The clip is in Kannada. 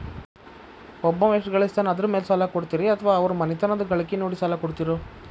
ಒಬ್ಬವ ಎಷ್ಟ ಗಳಿಸ್ತಾನ ಅದರ ಮೇಲೆ ಸಾಲ ಕೊಡ್ತೇರಿ ಅಥವಾ ಅವರ ಮನಿತನದ ಗಳಿಕಿ ನೋಡಿ ಸಾಲ ಕೊಡ್ತಿರೋ?